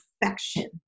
perfection